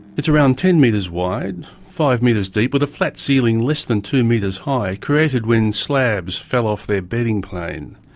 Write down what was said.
it's around ten metres wide, five metres deep, with a flat ceiling less than two metres high, created when slabs fell off their bedding plane.